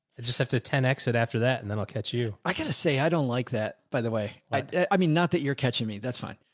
just have to ten x it after that, and then i'll catch you. i gotta say i don't like that by the way. i mean, not that you're catching me. that's fine.